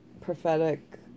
prophetic